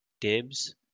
dibs